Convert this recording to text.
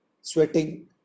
sweating